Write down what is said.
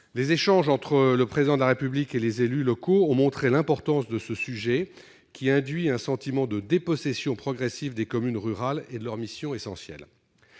Les échanges entre le Président de la République et les élus locaux ont montré l'importance de ce sujet, qui induit un sentiment de dépossession progressive des communes rurales de leurs missions essentielles.